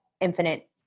infinite